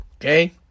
okay